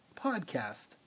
podcast